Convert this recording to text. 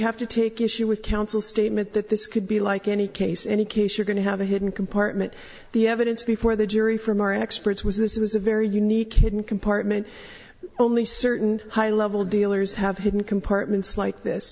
have to take issue with counsel statement that this could be like any case in any case you're going to have a hidden compartment the evidence before the jury from our experts was this was a very unique hidden compartment only certain high level dealers have hidden compartments like this